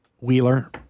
Wheeler